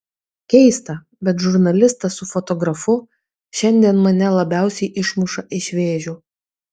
keista bet žurnalistas su fotografu šiandien mane labiausiai išmuša iš vėžių